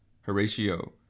Horatio